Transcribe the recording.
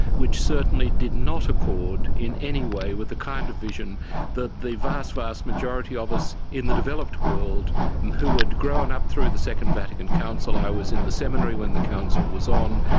which certainly did not accord in any way with the kind of vision that the vast, vast majority of us in the developed world who had grown up through the second vatican council, i was in the seminary when the council was on,